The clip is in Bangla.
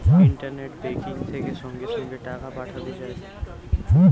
ইন্টারনেট বেংকিং থেকে সঙ্গে সঙ্গে টাকা পাঠানো যায়